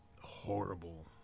horrible